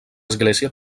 església